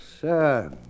sir